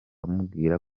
amubwira